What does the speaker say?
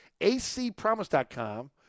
acpromise.com